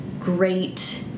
great